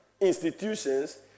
institutions